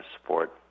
support